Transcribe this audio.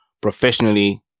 professionally